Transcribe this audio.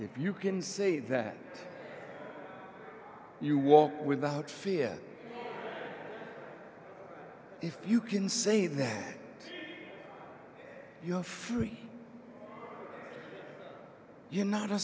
if you can say that you walk without fear if you can say that you know for me you not a